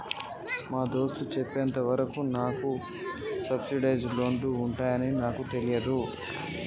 మా దోస్త్ సెప్పెంత వరకు నాకు సబ్సిడైజ్ లోన్లు ఉంటాయాన్ని తెలీదు